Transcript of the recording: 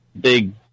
big